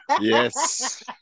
yes